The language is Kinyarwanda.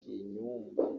inyumba